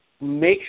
make